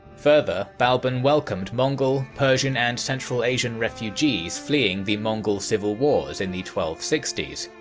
further, balban welcomed mongol, persian and central asian refugees fleeing the mongol civil wars in the twelve sixty s,